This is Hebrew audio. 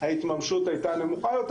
ההתממשות הייתה נמוכה יותר.